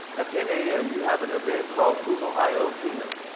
at ten a m. you have an event called google i o keynote.